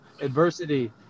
adversity